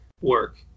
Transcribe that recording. work